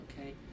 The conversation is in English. okay